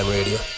Radio